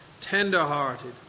tender-hearted